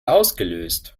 ausgelöst